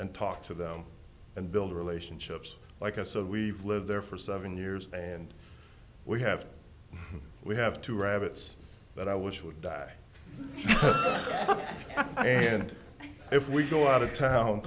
and talk to them and build relationships like us so we've lived there for seven years and we have we have two rabbits that i wish would die and if we go out of town